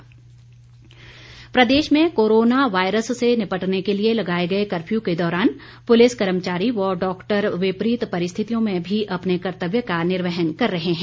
corona warriors प्रदेश में corona virus से निपटने के लिए लगाए कर्फ्यू के दौरान पुलिस कर्मचारी व डॉक्टर विपरीत परिस्थितियों में भी अपने कर्तव्य का निर्वहन कर रहे हैं